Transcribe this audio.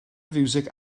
fiwsig